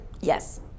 yes